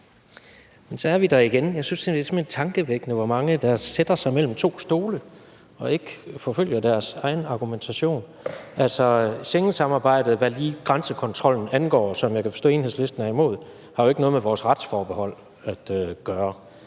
Men så er vi der igen. Jeg synes simpelt hen, det er tankevækkende, hvor mange der sætter sig mellem to stole og ikke forfølger deres egen argumentation. Altså Schengensamarbejdet, hvad lige grænsekontrollen angår, som jeg kan forstå Enhedslisten er imod, har jo ikke noget med vores retsforbehold at gøre.